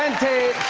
venti